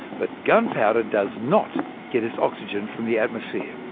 but gunpowder does not get its oxygen from the atmosphere,